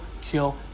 kill